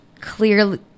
clearly